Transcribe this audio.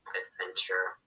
adventure